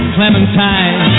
Clementine